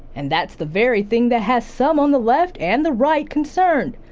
and that's the very thing that has some on the left and the right concerned.